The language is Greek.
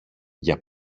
για